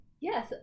Yes